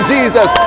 Jesus